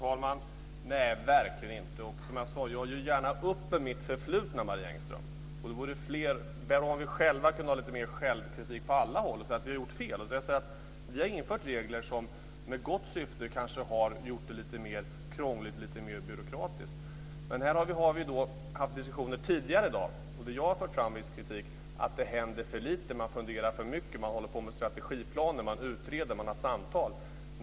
Herr talman! Verkligen inte! Jag gör gärna upp med mitt förflutna, som jag sade, Marie Engström. Det vore bra om vi kunde ha lite mer självkritik på alla håll och säga att vi har gjort fel. Vi har infört regler med gott syfte som har gjort det mer krångligt och byråkratiskt. Vi har haft diskussioner tidigare i dag där jag har fört fram viss kritik mot att det händer för lite. Man funderar för mycket. Man håller på med strategiplaner och utreder. Man har samtal.